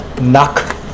knock